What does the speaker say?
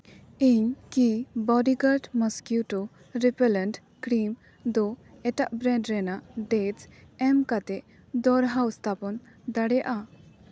ᱤᱧ ᱠᱤ bodyguard mosquito repellent cream ᱫᱚ ᱮᱴᱟᱜ ᱵᱨᱮᱱᱰ ᱨᱮᱱᱟᱜ ᱰᱮᱴ ᱮᱢ ᱠᱟᱛᱮ ᱫᱚᱲᱦᱟ ᱥᱛᱷᱟᱯᱚᱱ ᱫᱟᱲᱮᱜᱼᱟ